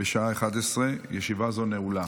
בשעה 11:00. ישיבה זו נעולה.